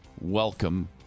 Welcome